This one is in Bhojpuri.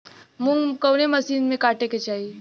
मूंग कवने मसीन से कांटेके चाही?